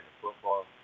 football